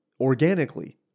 organically